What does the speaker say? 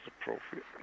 appropriate